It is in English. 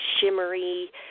shimmery